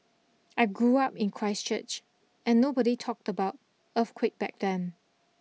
I grew up in Christchurch and nobody talked about earthquake back then